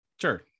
sure